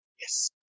yes